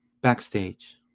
backstage